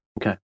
Okay